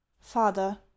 Father